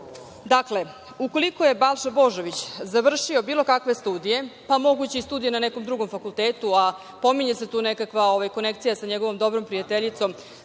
ukoliko je Balša Božović, završio bilo kakve studije, pa moguće i studije na nekom drugom fakultetu, a pominje se tu nekakva konekcija sa njegovom dobrom prijateljicom